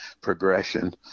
progression